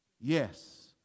Yes